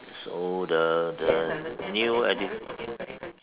so the the new edu~